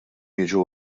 jiġu